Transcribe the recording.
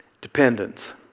dependence